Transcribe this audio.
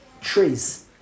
trees